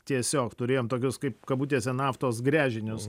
tiesiog turėjom tokius kaip kabutėse naftos gręžinius